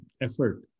effort